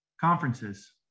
conferences